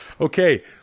Okay